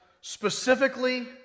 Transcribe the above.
specifically